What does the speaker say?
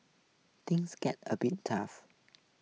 things get a bit tough